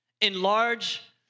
Enlarge